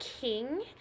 King